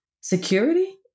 security